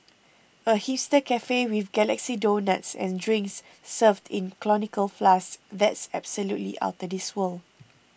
a hipster cafe with galaxy donuts and drinks served in conical flasks that's absolutely outta this world